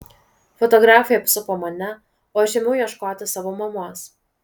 fotografai apsupo mane o aš ėmiau ieškoti savo mamos